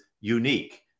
unique